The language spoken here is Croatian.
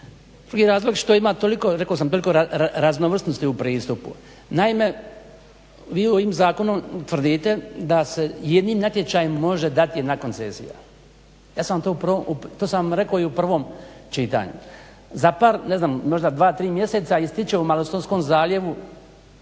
rekao sam toliko raznovrsnosti u pristupu. Naime, vi ovim zakonom tvrdite da se jednim natječajem može dati jedna koncesija. To sam vam rekao i u prvom čitanju. Za par, ne znam možda dva, tri mjeseca ističe u Malostonskom zaljevu